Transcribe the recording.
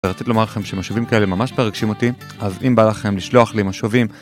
ורציתי לומר לכם שמשובים כאלה ממש מרגשים אותי, אז אם בא לכם לשלוח לי משובים...